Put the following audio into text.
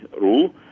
rule